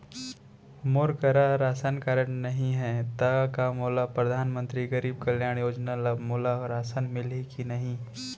मोर करा ration card नहीं है त का मोल परधानमंतरी गरीब कल्याण योजना ल मोला राशन मिलही कि नहीं?